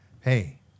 hey